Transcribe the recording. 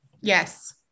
yes